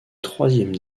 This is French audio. troisième